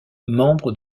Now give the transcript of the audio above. membre